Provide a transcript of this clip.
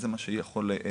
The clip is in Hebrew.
אז זה מה שיכול לחסוך,